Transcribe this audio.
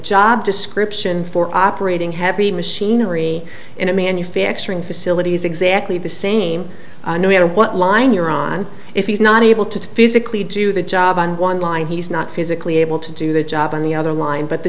job description for operating heavy machinery in a manufacturing facility is exactly the same no matter what line you're on if he's not able to physically do the job on one line he's not physically able to do the job on the other line but the